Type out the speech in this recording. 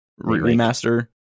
remaster